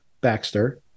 Baxter